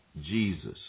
Jesus